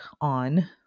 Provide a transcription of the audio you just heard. on